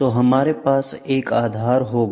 तो हमारे पास एक आधार होगा